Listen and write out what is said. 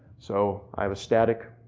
so, i have a static,